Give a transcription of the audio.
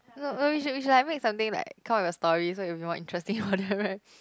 no no we should we should like make something like come up with a story so it will be more interesting for them right